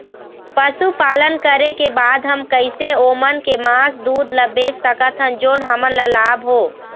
पशुपालन करें के बाद हम कैसे ओमन के मास, दूध ला बेच सकत हन जोन हमन ला लाभ हो?